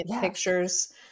pictures